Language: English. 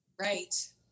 Right